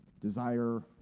Desire